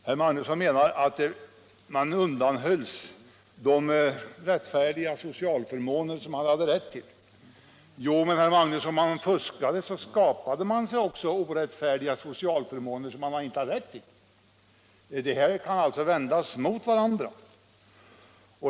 Herr Magnusson menar att man undanhölls de socialförmåner man hade rätt till. Jo, men herr Magnusson, om man fuskade skapade man sig också orättfärdiga socialförmåner som man inte har rätt till. De här påståendena kan vändas mot varandra.